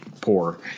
poor